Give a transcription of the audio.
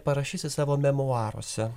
parašysi savo memuaruose